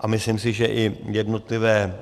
A myslím si, že i jednotlivé